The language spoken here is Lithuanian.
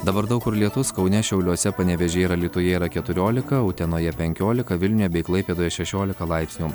dabar daug kur lietus kaune šiauliuose panevėžyje ir alytuje yra keturiolika utenoje penkiolika vilniuje bei klaipėdoje šešiolika laipsnių